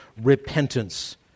repentance